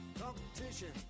competition